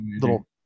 little